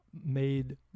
made